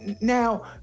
now